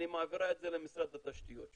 אני מעבירה את זה למשרד התשתיות שלי,